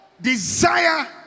desire